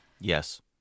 Yes